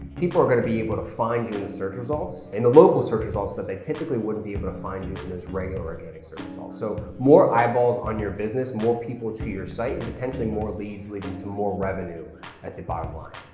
people are gonna be able to find you in the search results, in the local search results that they typically wouldn't be able to find you in those regular organic search results. so more eyeballs on your business, more people to your site, and potentially more leads leading to more revenue at the bottom line.